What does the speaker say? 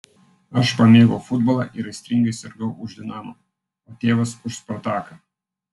aš pamėgau futbolą ir aistringai sirgau už dinamo o tėvas už spartaką